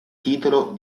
titolo